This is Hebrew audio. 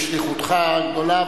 בשליחותך הגדולה,